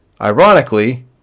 ironically